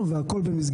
להגיד